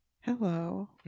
Hello